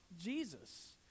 Jesus